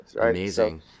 Amazing